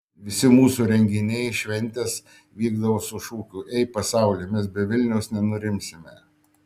visi mūsų renginiai šventės vykdavo su šūkiu ei pasauli mes be vilniaus nenurimsime